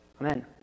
Amen